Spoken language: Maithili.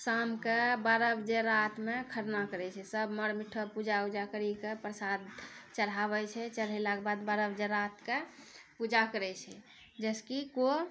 शाम के बारह बजे रातिमे खरना करै छै सभ मर मीठ पूजा उजा करि कऽ प्रसाद चढ़ाबै छै चढ़ेला के बाद बारह बजे राति कऽ पूजा करै छै जइसँ कि कोइ